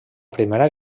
primera